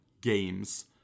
games